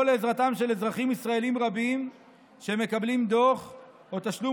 לעזרתם של אזרחים ישראלים רבים שמקבלים דוח או תשלום